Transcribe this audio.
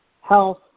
health